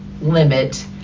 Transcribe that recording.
limit